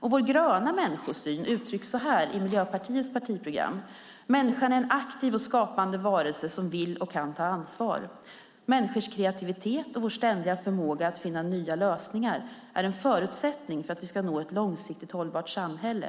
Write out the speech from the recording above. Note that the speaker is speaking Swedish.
Vår gröna människosyn uttrycks så här i Miljöpartiets partiprogram: "Människan är en aktiv och skapande varelse som vill och kan ta ansvar. Människors kreativitet och vår ständiga förmåga att finna nya lösningar är en förutsättning för att vi ska nå ett långsiktigt hållbart samhälle."